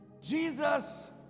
Jesus